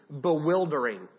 bewildering